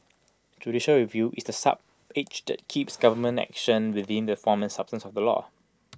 judicial review is the sharp edge that keeps government action within the form and substance of the law